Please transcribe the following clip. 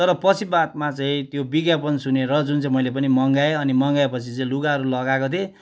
तर पछि बादमा चाहिँ त्यो विज्ञापन सुनेर जुन चाहिँ मैले पनि मगाएँ अनि मगाएपछि चाहिँ लुगाहरू लगाएको थिएँ